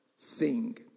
sing